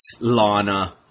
Lana